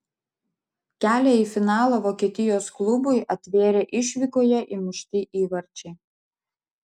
kelią į finalą vokietijos klubui atvėrė išvykoje įmušti įvarčiai